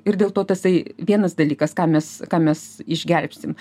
ir dėl to tasai vienas dalykas ką mes ką mes išgelbstim